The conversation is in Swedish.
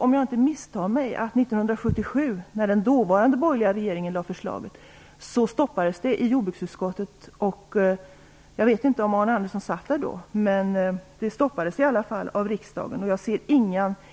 Om jag inte misstar mig stoppade jordbruksutskottet 1977, när den dåvarande borgerliga regeringen lade fram ett förslag, förslaget. Jag vet inte om Arne Andersson då satt där, men det stoppades i alla fall av riskdagen. Jag ser